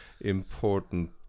important